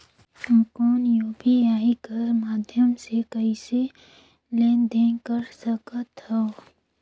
कौन यू.पी.आई कर माध्यम से कइसे लेन देन कर सकथव?